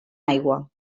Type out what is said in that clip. aigua